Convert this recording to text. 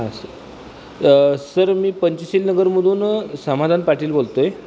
हा sir sir मी पंचशील नगरमधून समाधान पाटील बोलतो आहे